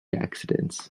accidents